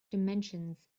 dimensions